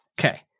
Okay